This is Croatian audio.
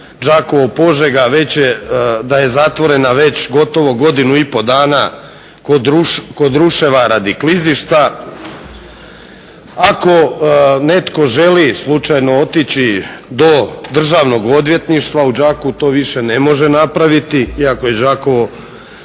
Đakovo-Požega da je zatvorena već gotovo godinu i pol dana kod Ruševa radi klizišta. Ako netko želi slučajno otići do Državnog odvjetništva u Đakovu to više ne može napraviti iako je Đakovo